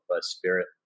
spirit